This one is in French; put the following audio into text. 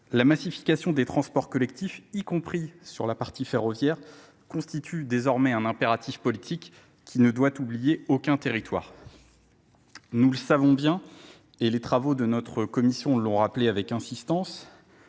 la massification des transports collectifs y compris sur la partie ferroviaire constitue désormais un impératif politique qu qui nee doit oublier aucun territoire. Nous le savons bien et les travaux de notre commission l'ont rappelé avec insistance,